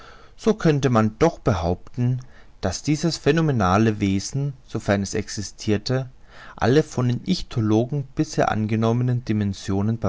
so könnte man doch behaupten daß dieses phänomenale wesen sofern es existirte alle von den ichthyologen bisher angenommenen dimensionen